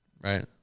right